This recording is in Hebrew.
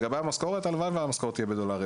לגבי המשכורת הלוואי שהמשכורת תהיה בדולרים.